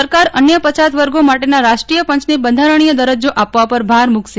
સરકાર અન્ય પછાત વર્ગો માટેના રાષ્ટ્રીય પંચને બંધારણીય દરજ્જો આપવા પર ભાર મૂકશે